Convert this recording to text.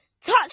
Touch